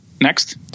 next